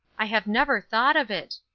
i have never thought of it.